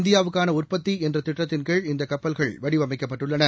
இந்தியாவுக்கான உற்பத்தி என்ற திட்ட்தின்கீழ் இந்த கப்பல்கள் வடிவமைக்கப்பட்டுள்ளன